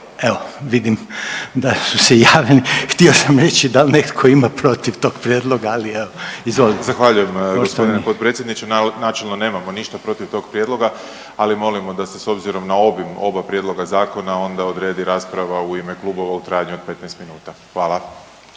Evo vidim da su se javili, htio sam reći dal netko ima protiv tog prijedloga, ali evo, izvoli poštovani. **Grbin, Peđa (SDP)** Zahvaljujem g. potpredsjedniče, načelno nemamo ništa protiv tog prijedloga, ali molimo da se s obzirom na obim oba prijedloga zakona onda odredi rasprava u ime klubova u trajanju od 15 minuta, hvala.